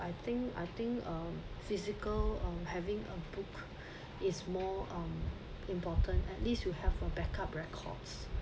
I think I think um physical uh having a book is more um important at least you have a backup records